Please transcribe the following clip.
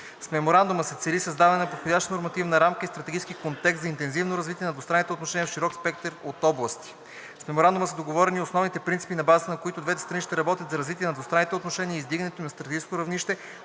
С Меморандума се цели създаването на подходяща нормативна рамка и стратегически контекст за интензивно развитие на двустранните отношения в широк спектър от области. С Меморандума са договорени основните принципи, на базата на които двете страни ще работят за развитие на двустранните отношения и издигането им на стратегическо равнище,